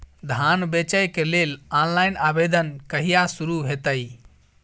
धान बेचै केँ लेल ऑनलाइन आवेदन कहिया शुरू हेतइ?